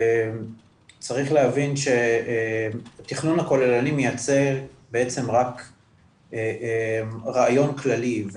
צריך להבין שתכנון הכוללני מייצר בעצם רק רעיון כללי,